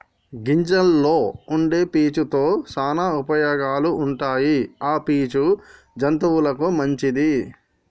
గింజల్లో వుండే పీచు తో శానా ఉపయోగాలు ఉంటాయి ఆ పీచు జంతువులకు మంచిది